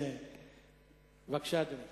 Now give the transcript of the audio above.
בבקשה, אדוני.